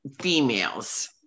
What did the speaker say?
females